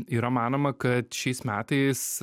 yra manoma kad šiais metais